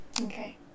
Okay